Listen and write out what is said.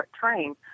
train